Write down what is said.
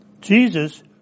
Jesus